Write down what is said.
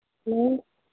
hello